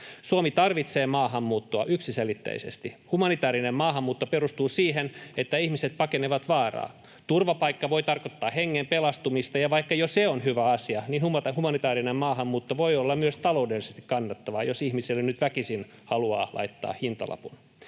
Suomi tarvitsee maahanmuuttoa yksiselitteisesti. Humanitäärinen maahanmuutto perustuu siihen, että ihmiset pakenevat vaaraa. Turvapaikka voi tarkoittaa hengen pelastumista, ja vaikka jo se on hyvä asia, niin humanitäärinen maahanmuutto voi olla myös taloudellisesti kannattavaa, jos ihmiselle nyt väkisin haluaa laittaa hintalapun.